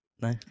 No